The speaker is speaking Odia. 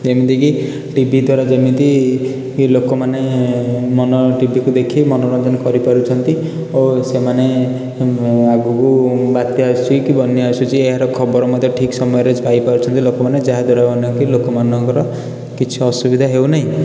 ଏମିତି କି ଟିଭି ଦ୍ୱାରା ଯେମିତି କି ଲୋକମାନେ ମନ ଟିଭିକୁ ଦେଖି ମନୋରଞ୍ଜନ କରିପାରୁଛନ୍ତି ଓ ସେମାନେ ଆଗକୁ ବାତ୍ୟା ଆସୁଛି କି ବନ୍ୟା ଆସୁଛି ଏହାର ଖବର ମଧ୍ୟ ଠିକ ସମୟରେ ପାଇପାରୁଛନ୍ତି ଲୋକମାନେ ଯାହାଦ୍ୱାରା ମାନେ କି ଲୋକମାନଙ୍କର କିଛି ଅସୁବିଧା ହେଉ ନାହିଁ